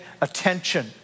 attention